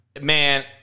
man